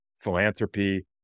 philanthropy